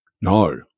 No